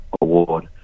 Award